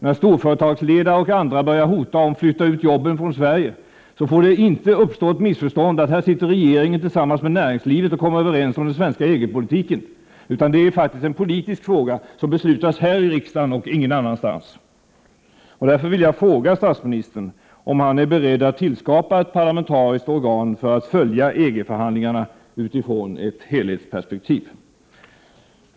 När storföretagsledare och andra börjar hota med att flytta ut jobben från Sverige får det inte uppstå ett missförstånd att det är regeringen som tillsammans med näringslivet kommer överens om den svenska EG politiken. Detta är faktiskt en politisk fråga som beslutas här i riksdagen och ingen annanstans. Därför vill jag fråga statsministern om han är beredd att tillskapa ett parlamentariskt organ för att följa EG-förhandlingarna utifrån ett helhetsperspektiv.